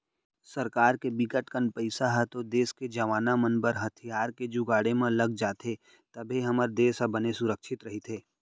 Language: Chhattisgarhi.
सरकार के बिकट कन पइसा ह तो देस के जवाना मन बर हथियार के जुगाड़े म लग जाथे तभे हमर देस ह बने सुरक्छित रहिथे